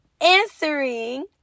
answering